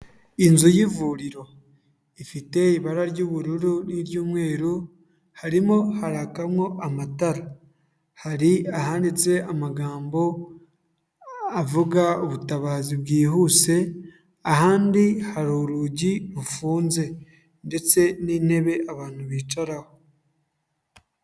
Inzu y'ivuriro ifite ibara ry'ubururu n'iry'umweru harimo harakamo amatara, hari ahanditse amagambo avuga ubutabazi bwihuse, ahandi hari urugi rufunze ndetse n'intebe abantu bicaraho.